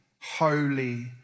holy